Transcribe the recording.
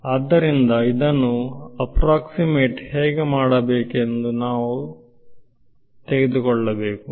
ಆದ್ದರಿಂದ ಇದನ್ನು ಆಪ್ಪ್ರಾಕ್ಸಿಮೇಟ್ ಹೇಗೆ ಮಾಡಬೇಕೆಂದು ನಾವು ತೆಗೆದುಕೊಳ್ಳಬೇಕು